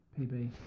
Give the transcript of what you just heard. pb